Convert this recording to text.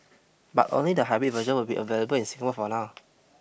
but only the hybrid version will be available in Singapore for now